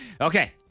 Okay